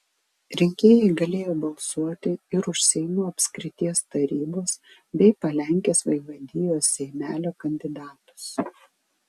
rinkėjai galėjo balsuoti ir už seinų apskrities tarybos bei palenkės vaivadijos seimelio kandidatus